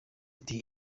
ati